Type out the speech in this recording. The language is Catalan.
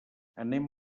anem